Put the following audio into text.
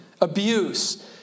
abuse